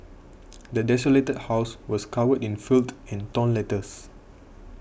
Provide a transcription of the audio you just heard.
the desolated house was covered in filth and torn letters